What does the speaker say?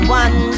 one